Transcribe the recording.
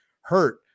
hurt